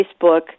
Facebook